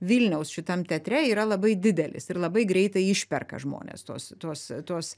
vilniaus šitam teatre yra labai didelis ir labai greitai išperka žmonės tuos tuos tuos